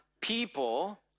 people